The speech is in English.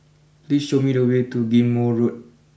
please show me the way to Ghim Moh Road